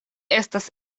estas